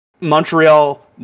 Montreal